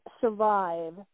survive